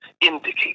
indicate